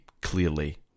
clearly